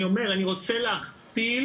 אני רוצה להכפיל